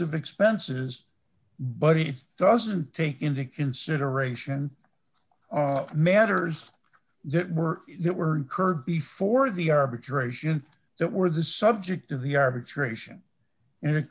of expenses but he doesn't take into consideration matters that were that were incurred before the arbitration that were the subject of the a